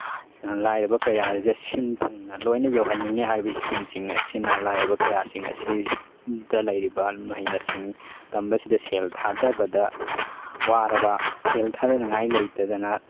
ꯑꯁꯤꯅ ꯂꯥꯏꯔꯕ ꯀꯌꯥ ꯑꯁꯦ ꯁꯤꯟ ꯊꯨꯡꯅ ꯂꯣꯏꯅ ꯌꯧꯍꯟꯅꯤꯡꯉꯦ ꯍꯥꯏꯔꯤꯕ ꯏꯁꯀꯤꯝꯁꯤꯡ ꯑꯁꯤꯅ ꯂꯥꯏꯔꯕ ꯀꯌꯥꯁꯤꯡ ꯑꯁꯤꯗ ꯂꯩꯔꯤꯕ ꯃꯍꯩ ꯃꯁꯤꯡ ꯇꯝꯕ ꯁꯤꯗ ꯁꯦꯜ ꯊꯥꯗꯕꯗ ꯋꯥꯔꯕ ꯁꯦꯜ ꯊꯥꯗꯅꯉꯥꯏ ꯂꯩꯇꯗꯅ